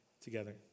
together